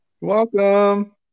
Welcome